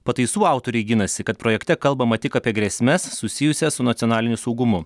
pataisų autoriai ginasi kad projekte kalbama tik apie grėsmes susijusias su nacionaliniu saugumu